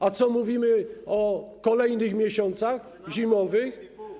A co mówić o kolejnych miesiącach, zimowych.